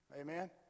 Amen